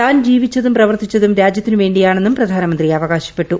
താൻ ജീവിച്ചതും പ്രവർത്തിച്ചതും രാജ്യത്തിനു വേണ്ടിയാണെന്നും പ്രധാനമന്ത്രി അവകാശപ്പെട്ടു